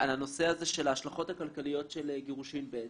על הנושא הזה של ההשלכות הכלכליות של גירושין בעצם,